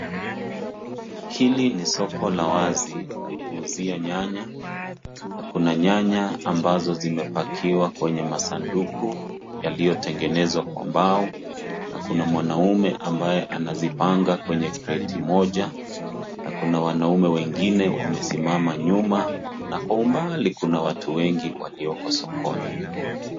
Hili ni soko la wazi la kuuzia nyanya na kuna nyanya ambazo zimepakiwa kwenye masanduku yaliotengenezwa kwa mbao na kuna mwanaume ambaye anazipanga kwenye kreti moja, na kuna wanaume wengine wamesimama nyuma na kwa umbali na kuna watu wengi walioko sokoni.